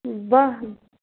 بَہہ